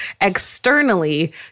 externally